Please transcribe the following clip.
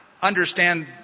Understand